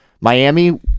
Miami